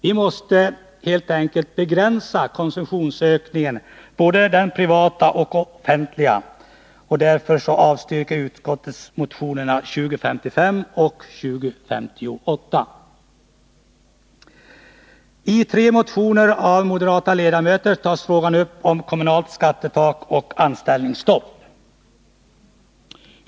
Vi måste helt enkelt begränsa konsumtionsökningen — både den privata och offentliga. Därför avstyrker utskottet motionerna 2055 och 2058. I tre motioner av moderata ledamöter tas frågorna om kommunalt skattetak och anställningsstopp upp.